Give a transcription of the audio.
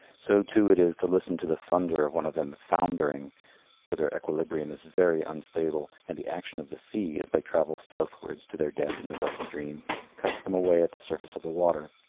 so too it is to listen to the thunder of one of them foundering for their equilibrium is very unstable, and the action of the sea, as they travel southwards to their death in the gulf stream, cuts them away at the surface of the water.